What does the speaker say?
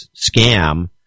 scam